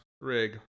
rig